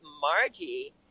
Margie